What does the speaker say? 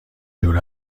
دور